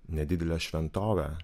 nedidelę šventovę